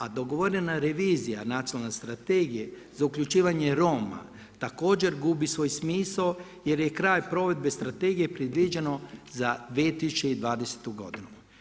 A dogovorena revizija nacionalne strategije za uključivanje Roma također gubi svoj smisao jer je kraj provedbe strategije predviđeno za 2020. godinu.